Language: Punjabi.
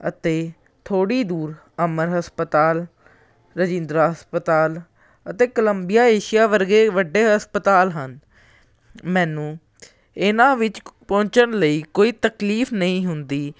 ਅਤੇ ਥੋੜ੍ਹੀ ਦੂਰ ਅਮਰ ਹਸਪਤਾਲ ਰਜਿੰਦਰਾ ਹਸਪਤਾਲ ਅਤੇ ਕਲੰਬੀਆ ਏਸ਼ੀਆ ਵਰਗੇ ਵੱਡੇ ਹਸਪਤਾਲ ਹਨ ਮੈਨੂੰ ਇਹਨਾਂ ਵਿੱਚ ਪਹੁੰਚਣ ਲਈ ਕੋਈ ਤਕਲੀਫ ਨਹੀਂ ਹੁੰਦੀ